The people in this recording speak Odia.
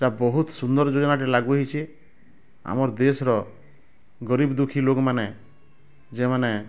ଏଇଟା ବହୁତ ସୁନ୍ଦର୍ ଯୋଜନା ଟେ ଲାଗୁ ହେଇଛେ ଆମର୍ ଦେଶ ର ଗରିବ୍ ଦୁଖୀ ଲୋକମାନେ ଯେଉଁମାନେ